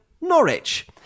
Norwich